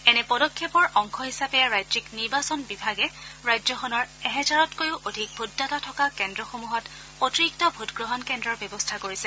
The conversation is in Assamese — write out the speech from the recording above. এনে পদক্ষেপৰ অংশ হিচাপে ৰাজ্যিক নিৰ্বাচন বিভাগে ৰাজ্যখনৰ এহেজাৰতকৈ অধিক ভোটদাতা থকা কেন্দ্ৰসমূহত অতিৰিক্ত ভোটগ্ৰহণ কেন্দ্ৰৰ ব্যৱস্থা কৰিছে